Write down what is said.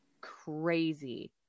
crazy